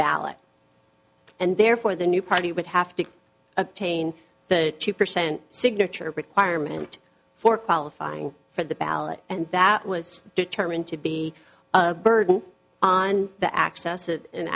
ballot and therefore the new party would have to obtain the two percent signature requirement for qualifying for the ballot and that was determined to be a burden on the access to an